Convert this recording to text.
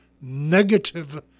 negative